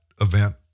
event